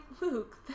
Luke